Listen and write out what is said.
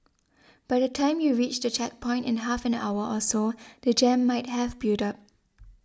by the time you reach the checkpoint in half an hour or so the jam might have built up